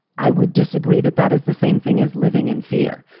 i would disagree that that is the same thing is living in fear.